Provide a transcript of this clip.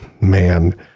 Man